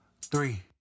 three